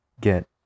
get